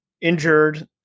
injured